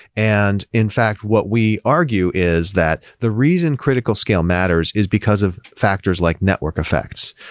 and in fact, what we argue is that the reason critical scale matters is because of factors like network effects,